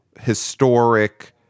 historic